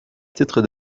titre